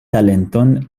talenton